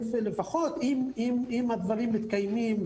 שלפחות אם הדברים מתקיימים,